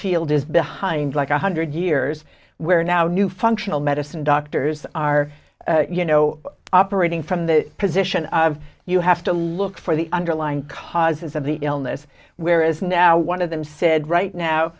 field is behind like a hundred years where now new functional medicine doctors are you know operating from the position of you have to look for the underlying causes of the illness whereas now one of them said right now